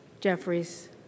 Jeffries